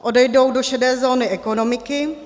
Odejdou do šedé zóny ekonomiky.